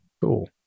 cool